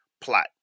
plot